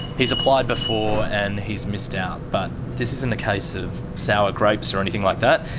he's applied before and he's missed out, but this isn't a case of sour grapes or anything like that.